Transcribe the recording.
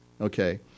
okay